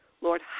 Lord